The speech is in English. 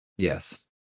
Yes